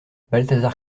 balthazar